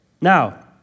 Now